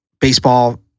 baseball